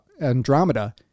Andromeda